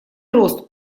рост